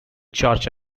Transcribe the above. church